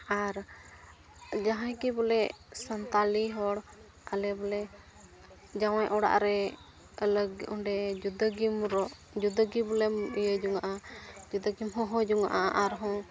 ᱟᱨ ᱡᱟᱦᱟᱸ ᱜᱮ ᱵᱚᱞᱮ ᱥᱟᱱᱛᱟᱲᱤ ᱦᱚᱲ ᱟᱞᱮ ᱵᱚᱞᱮ ᱡᱟᱶᱟᱭ ᱚᱲᱟᱜ ᱨᱮ ᱟᱞᱟᱜᱽ ᱚᱸᱰᱮ ᱡᱩᱫᱟᱹ ᱜᱮᱢ ᱡᱩᱫᱟᱹ ᱜᱮ ᱵᱚᱞᱮᱢ ᱤᱭᱟᱹ ᱧᱚᱜᱟᱜᱼᱟ ᱡᱩᱫᱟᱹ ᱜᱮᱢ ᱦᱚᱦᱚ ᱡᱚᱱᱟᱜᱼᱟ ᱟᱨᱦᱚᱸ